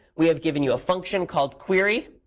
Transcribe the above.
we've given you a function called query.